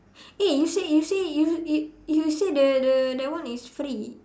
eh you say you say you you you say the the that one is free